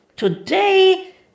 Today